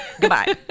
Goodbye